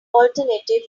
alternative